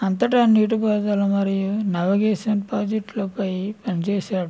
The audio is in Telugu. అంతటా నీటి పారుదల మరియు నావిగేషన్ ప్రాజెక్టులపై పని చేశాడు